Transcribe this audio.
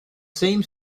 same